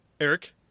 Eric